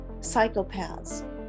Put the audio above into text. psychopaths